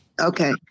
Okay